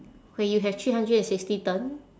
where you have three hundred and sixty turn